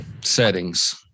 settings